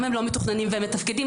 שם אם לא מתוכננים ועדיין מתפקדים.